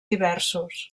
diversos